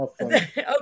Okay